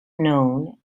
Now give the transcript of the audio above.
known